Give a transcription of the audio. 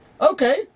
okay